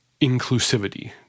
inclusivity